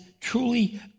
truly